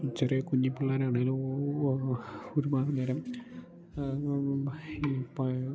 ചെറിയ കുഞ്ഞി പിള്ളേരാണെങ്കിലും ഒരുപാടുനേരം ഇപ്പോൾ ആ